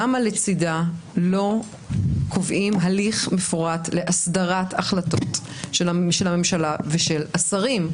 למה לצידה לא קובעים הליך מפורט להסדרת החלטות של הממשלה ושל השרים?